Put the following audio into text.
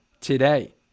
today